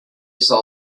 sell